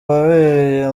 wabereye